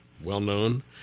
well-known